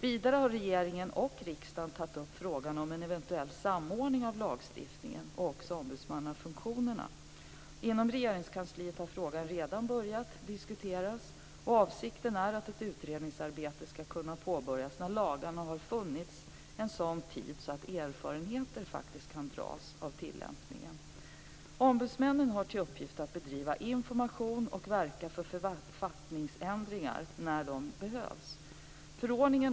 Vidare har regeringen och riksdagen tagit upp frågan om en eventuell samordning av lagstiftningen och ombudsmannafunktionerna. Inom Regeringskansliet har frågan redan börjat diskuteras, och avsikten är att ett utredningsarbete ska kunna påbörjas när lagarna har funnits en tid så att erfarenheter kan dras av tillämpningen.